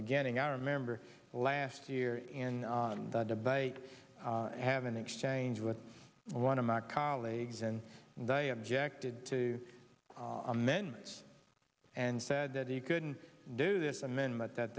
beginning i remember last year in the debate i have an exchange with one of my colleagues and they objected to amendments and said that he couldn't do this amendment that